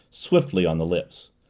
swiftly, on the lips.